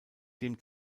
dem